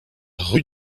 rue